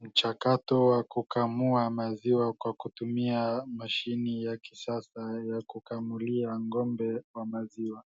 Mchakato wa kukamua maziwa kwa kutumia mashini ya kisasa ya kukamulia ngombe wa maziwa